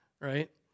right